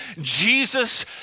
Jesus